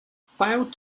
failed